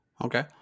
Okay